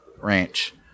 ranch